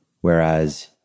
whereas